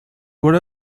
what